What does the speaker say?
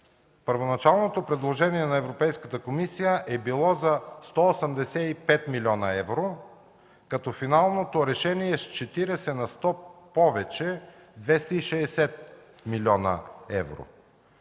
първоначалното предложение на Европейската комисия е било за 185 млн. евро, като финалното решение е с 40 на сто повече – 260 млн. евро.